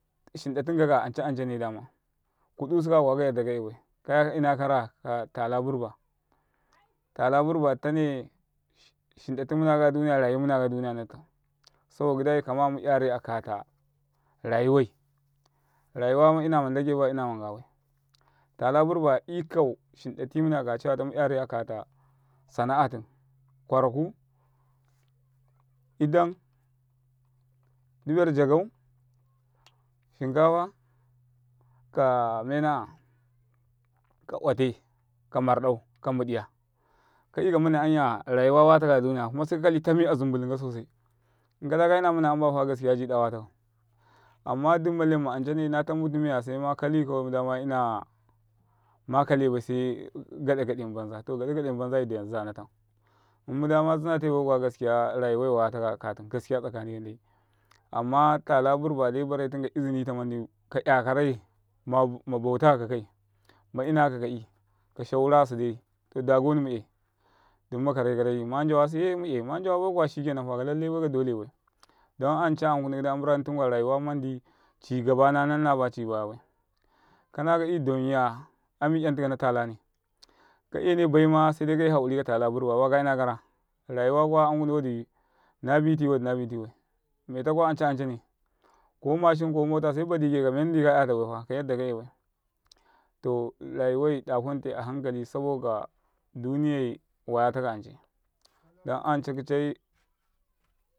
shin ɗ a tinka'ya anca ancane ɗ ama kudusuka ya kuwa kayaiia ka'yaibai ka inakara katala burba tala burba ɗ atone shindati munaka ɗ uniya rayumunaka ɗ uniya nattau saboka gi ɗ ai kama mu 'yari akata rayuwai rayu ma ina man ɗ age baya inama ngaibai tala burba ikau shindali mune akata cewa mu'yari akata sana'atum kwaraku i ɗ am duber jagau shinkafa' ka ka otai' kamar ɗ aw ka mu ɗ iya. ka; yuka munana 'yanzu rayuwa wataka a ɗ uniya kuma seka kali tami azumbulum tika sosai inka ɗ a kuma munana yambaya fa jiri ji ɗ a watakau amma ɗ umma lenma ancane na tamu timaya sema kaluy kawai mu ɗ a mazina te bai kuwa jire rayuwa wayataka katumi jire gabeka n ɗ age amma tala burba ɗ ai baretum kaizini man ɗ i ka'yakarai mabau taka kai maina kakai ka kinanka suda to ɗ agoni mu'yai ɗ umma kare kare yima njawasiya mu 'yai ma jawabai kuwa shike nan kalalle bai ka ɗ ole bai ɗ onanca ankeni gida yam muran tunkwa rayuwa man ɗ i tina ɗ anu nanna baya tina baibai. kana ka 'yu ɗ anya ami yantikana talane ka'yene baima ami yantika na talane' ka ene baima ami yantika na talane. kayina ka kara rayuwakuwa ankuni wa ɗ i nabiti wa ɗ a nabitibai meta kuwa anca ancane ko moshin ko matuƙa se batike kamen ɗ i ka 'ya tabaifa kaya ɗ ɗ aka 'yaibai tora yuwai da ɗ onte a hankali saboka ɗ uniyay wayataka ancai dan anca kicai